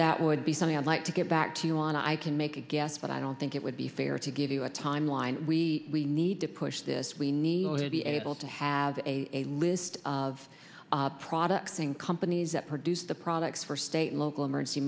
that would be something i'd like to get back to you on i can make a guess but i don't think it would be fair to give you a timeline we we need to push this we need to be able to have a list of products in companies that produce the products first local emergency